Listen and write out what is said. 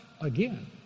again